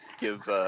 give